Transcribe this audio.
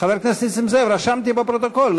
חבר הכנסת נסים זאב, רשמתי בפרוטוקול.